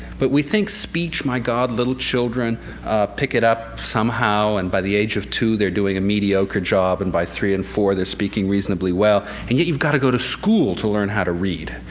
but we think speech my god, little children pick it up somehow, and by the age of two they're doing a mediocre job, and by three and four they're speaking reasonably well. and yet you've got to go to school to learn how to read,